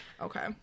Okay